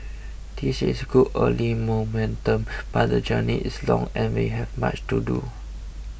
this is good early momentum but the journey is long and we have much to do